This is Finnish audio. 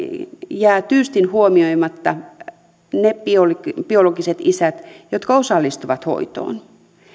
jäävät tyystin huomioimatta ne biologiset ne biologiset isät jotka osallistuvat hoitoon